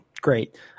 great